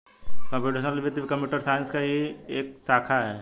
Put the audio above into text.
computational वित्त computer science की ही एक शाखा है